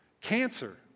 cancer